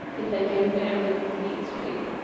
if i can bear with being straight